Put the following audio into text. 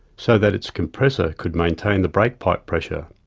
so that its compressor could maintain the brake pipe pressure.